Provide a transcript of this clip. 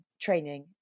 training